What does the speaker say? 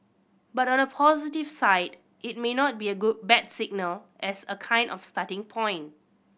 but on the positive side it may not be a good bad signal as a kind of starting point